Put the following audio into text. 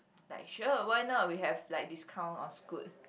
like sure why not we have like discount on Scoot